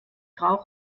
rauch